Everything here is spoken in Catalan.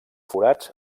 forats